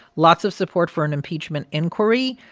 lots of support for an impeachment inquiry,